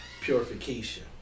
purification